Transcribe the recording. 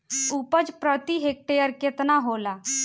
उपज प्रति हेक्टेयर केतना होला?